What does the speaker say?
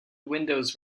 windows